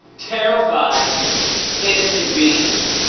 terrified innocent beings.